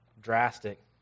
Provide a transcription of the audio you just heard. drastic